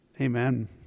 Amen